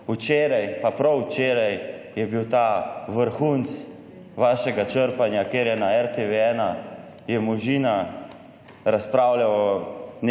Včeraj, prav včeraj je bil ta vrhunec vašega črpanja, ko je na RTV 1 Možina razpravljal